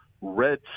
red